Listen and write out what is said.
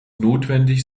notwendig